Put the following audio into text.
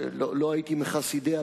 לא הייתי מחסידיה,